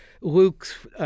Luke's